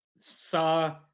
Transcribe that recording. Saw